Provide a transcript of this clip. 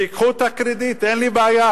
שייקחו את הקרדיט, אין לי בעיה,